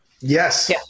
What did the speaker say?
Yes